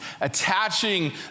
attaching